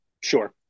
sure